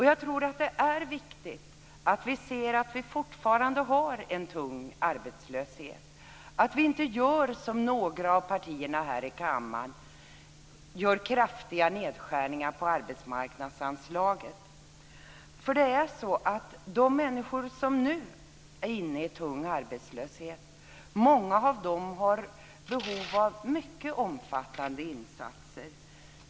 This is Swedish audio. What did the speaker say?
Jag tror att det är viktigt att vi ser att vi fortfarande har en tung arbetslöshet och att vi inte gör som några av partierna här i kammaren, dvs. gör kraftiga nedskärningar i arbetsmarknadsanslaget. Många av de människor som nu är inne i tung arbetslöshet har behov av mycket omfattande insatser.